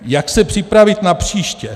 Jak se připravit napříště?